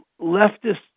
leftist